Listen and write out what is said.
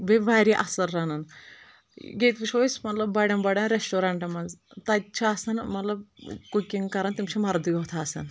بیٚیہِ واریاہ اَصٕل رنان ییٚتہِ وُچھو أسۍ مطلب بٔڈن بٔڈن ریسٹورنٛٹن منٛز تتہِ چھِ آسان مطلب کُکِنٛگ کَران تِم چھِ مردٕے یوت آسان